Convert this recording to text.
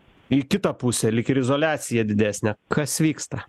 į kitą pusę lyg ir izoliacija didesnė kas vyksta